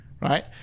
right